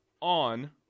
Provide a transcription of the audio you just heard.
on